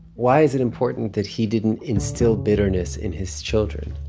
why is it important that he didn't instill bitterness in his children,